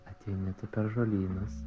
ateini tu per žolynus